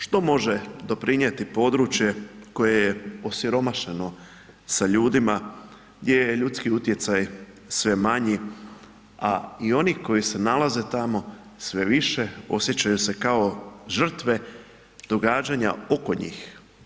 Što može doprinijeti područje koje je osiromašeno sa ljudima, gdje je ljudski utjecaj sve manji, a i oni koji se nalaze tamo sve više osjećaju se kao žrtve događanja oko njih.